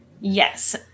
Yes